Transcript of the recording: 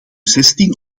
zestien